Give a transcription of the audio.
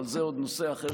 אבל זה נושא אחר,